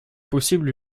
possible